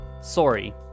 sorry